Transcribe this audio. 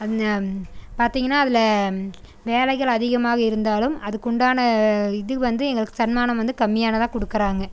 அந்த பார்த்தீங்கன்னா அதில் வேலைகள் அதிகமாக இருந்தாலும் அதுக்குண்டான இது வந்து எங்களுக்கு சன்மானம் வந்து கம்மியானதாக கொடுக்கறாங்க